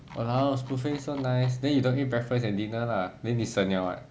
!walao! buffet so nice then you don't eat breakfast and dinner lah then 你省 liao [what]